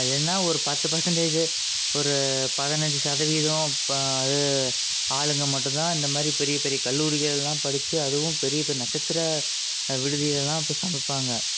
அது என்னனா ஒரு பத்து பர்சன்டேஜ் ஒரு பதினஞ்சு சதவீதம் இப்போ அது ஆளுங்க மட்டும் தான் இந்தமாதிரி பெரிய பெரிய கல்லூரிகளெல்லாம் படிச்சு அதுவும் பெரிய பெரிய நட்சத்திர விடுதியிலெலாம் போய் சமைப்பாங்க